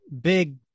big